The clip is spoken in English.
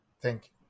Thank